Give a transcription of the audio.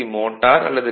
motor அல்லது D